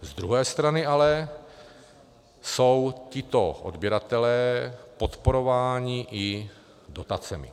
Z druhé strany ale jsou tito odběratelé podporováni i dotacemi.